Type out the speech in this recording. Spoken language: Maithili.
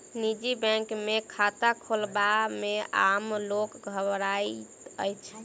निजी बैंक मे खाता खोलयबा मे आम लोक घबराइत अछि